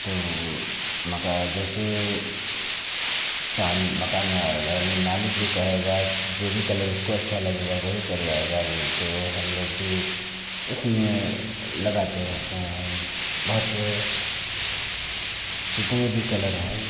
तो जैसे मकान वार्नी मालिक जो कहेगा जो भी कलर उसको अच्छा लगेगा वही करवाएगा तो हम लोग भी उसमें लगाते रहते हैं बहुत जितने भी कलर हैं